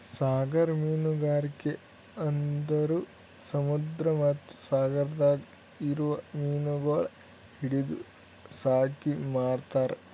ಸಾಗರ ಮೀನುಗಾರಿಕೆ ಅಂದುರ್ ಸಮುದ್ರ ಮತ್ತ ಸಾಗರದಾಗ್ ಇರೊ ಮೀನಗೊಳ್ ಹಿಡಿದು ಸಾಕಿ ಮಾರ್ತಾರ್